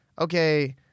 okay